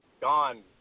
gone